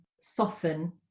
soften